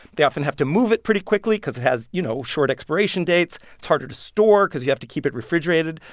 they often have to move it pretty quickly cause it has, you know, short expiration dates. it's harder to store cause you have to keep it refrigerated.